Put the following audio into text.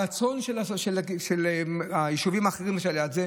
הרצון של היישובים האחרים שליד זה,